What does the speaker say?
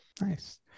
Nice